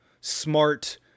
smart